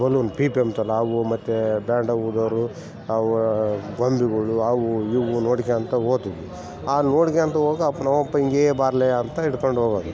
balloon ಪೀಪಿ ಅಂತಾರಲ್ಲ ಆವು ಮತ್ತು ಬ್ಯಾಂಡ ಉದೋರು ಅವು ಗೊಂಬೆಗುಳು ಆವು ಇವು ನೋಡ್ಕೊಂತಾ ಹೋತಿದ್ವಿ ಆ ನೋಡಿಕೊಂತಾ ಹೋಗಿ ನಮ್ಮ ಅಪ್ಪ ಹಿಂಗೇ ಬಾರಲೇ ಅಂತ ಹಿಡ್ಕಂಡು ಹೋಗೋದು